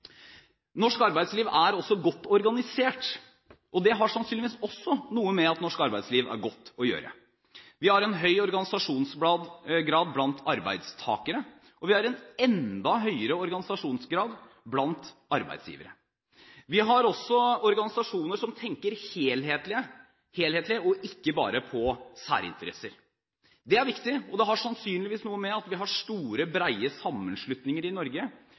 Norsk arbeidsliv er også godt organisert, og det har sannsynligvis også noe å gjøre med at norsk arbeidsliv er godt. Vi har en høy organisasjonsgrad blant arbeidstakere, og vi har en enda høyere organisasjonsgrad blant arbeidsgivere. Vi har også organisasjoner som tenker helhetlig og ikke bare på særinteresser. Det er viktig, og det har sannsynligvis noe å gjøre med at vi har store, brede sammenslutninger i Norge